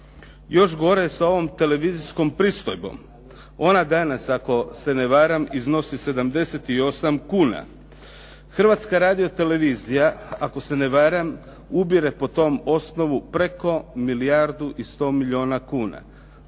Još gore sa ovom televizijskom pristojbom. Ona danas, ako se ne varam iznosi 78 kuna. Hrvatska radiotelevizija, ako se ne varam, ubire po tom osnovu preko milijardu i 100 milijuna kuna.